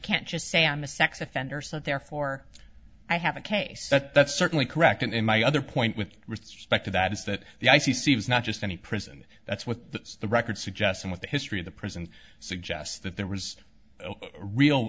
so therefore i have a case that that's certainly correct and my other point with respect to that is that the i c c has not just any prison that's what the record suggests and what the history of the prison suggests that there was a real